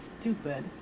stupid